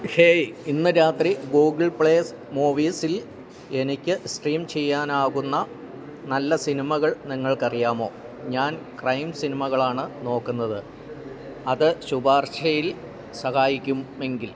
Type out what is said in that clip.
hey ഇന്ന് രാത്രി Google Play മൂവീസില് എനിക്ക് സ്ട്രീം ചെയ്യാനാകുന്ന നല്ല സിനിമകൾ നിങ്ങൾക്കറിയാമോ ഞാൻ ക്രൈം സിനിമകളാണ് നോക്കുന്നത് അത് ശുപാർശയിൽ സഹായിക്കുമെങ്കിൽ